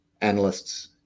analysts